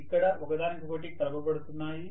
ఇక్కడ ఒకదానికొకటి కలపబడుతున్నాయి